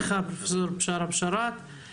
תודה לך, פרופסור בשארה בשאראת.